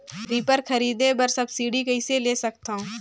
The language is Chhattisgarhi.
रीपर खरीदे बर सब्सिडी कइसे ले सकथव?